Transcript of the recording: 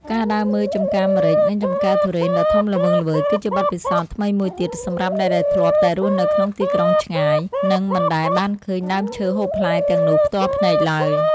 ការដើរមើលចម្ការម្រេច និង ចម្ការធុរេនដ៏ធំល្វឹងល្វើយគឺជាបទពិសោធន៍ថ្មីមួយទៀតសម្រាប់អ្នកដែលធ្លាប់តែរស់នៅក្នុងទីក្រុងឆ្ងាយ និង មិនដែលបានឃើញដើមឈើហូបផ្លែទាំងនោះផ្ទាល់ភ្នែកឡើយ។